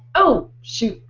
oh shoot.